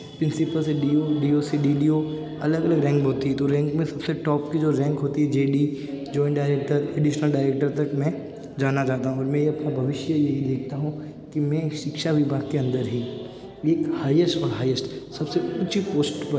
principal से D O D O से D O O अलग अलग रैंक होती है तो रैंक में सबसे टॉप की जो रैंक होती है J D joint director additional director तक मैं जाना चाहता हूँ और मैं ये अपना भविष्य यही देखता हूँ कि मैं शिक्षा विभाग के अंदर ही एक हाईएस्ट और हाईएस्ट सबसे ऊँची पोस्ट पर